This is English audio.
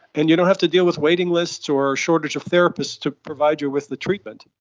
and you don't have to deal with waiting lists or shortage of therapists to provide you with the treatment.